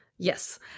Yes